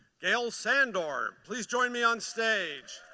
gail sandor, please join me on stage.